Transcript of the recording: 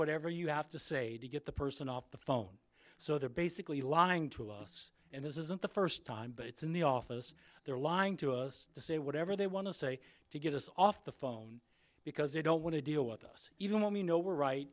whatever you have to say to get the person off the phone so they're basically lying to us and this isn't the first time but it's in the office they're lying to us to say whatever they want to say to get us off the phone because they don't want to deal with us even when we know we're right